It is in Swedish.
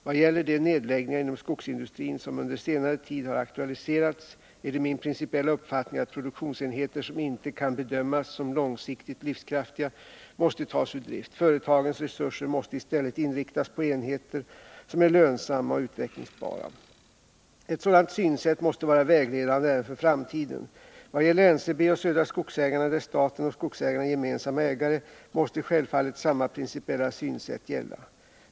Vad gäller de nedläggningar inom skogsindustrin som under senare tid har aktualiserats är det min principiella uppfattning att produktionsenheter som inte kan bedömas som långsiktigt livskraftiga måste tas ur drift. Företagens resurser måste i stället inriktas på enheter som är lönsamma och utvecklingsbara. Ett sådant synsätt måste vara vägledande även för framtiden. Vad gäller NCB och Södra Skogsägarna, där staten och skogsägarna är gemensamma ägare, måste självfallet samma principiella synsätt gälla.